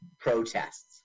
protests